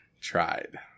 Tried